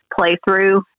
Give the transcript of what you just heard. playthrough